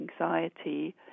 anxiety